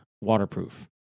waterproof